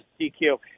DQ –